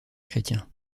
chrétien